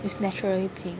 is naturally pink